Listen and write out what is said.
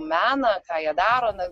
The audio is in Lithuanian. meną ką jie daro na